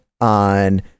on